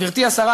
גברתי השרה,